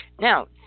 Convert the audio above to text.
Now